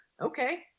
okay